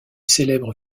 célèbre